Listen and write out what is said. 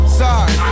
sorry